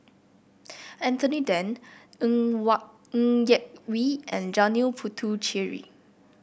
Anthony Then Ng Ng Yak Whee and Janil Puthucheary